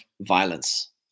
violence